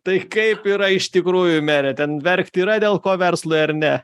tai kaip yra iš tikrųjų mere ten verkti yra dėl ko verslui ar ne